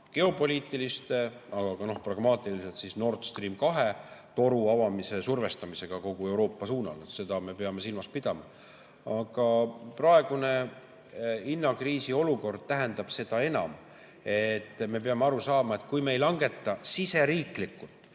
geopoliitiliste, aga ka Nord Stream 2 toru avamise survestamisega kogu Euroopa suunal. Seda me peame silmas pidama. Aga praegune hinnakriisiolukord tähendab seda, et me peame aru saama, et kui me ei langeta siseriiklikult